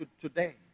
today